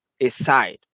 aside